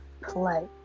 play